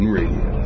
Radio